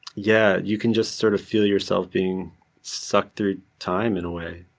yeah, you can just sort of feel yourself being sucked through time in a way